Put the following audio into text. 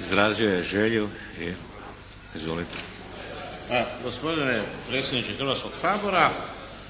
Izrazio je želju. Izvolite. **Palarić, Antun** Gospodine predsjedniče Hrvatskoga sabora,